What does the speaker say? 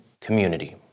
community